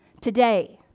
today